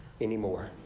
anymore